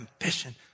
ambition